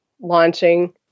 launching